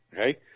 okay